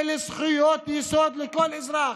אלה זכויות יסוד לכל אזרח,